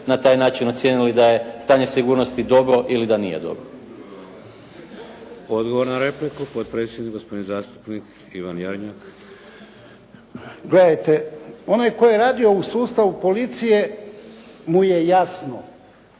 na taj način ocijenili da je stanje sigurnosti dobro ili da nije dobro. **Šeks, Vladimir (HDZ)** Odgovor na repliku, potpredsjednik gospodin zastupnik Ivan Jarnjak. **Jarnjak, Ivan (HDZ)** Gledajte, onaj tko je radio u sustavu policije mu je jasno